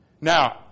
Now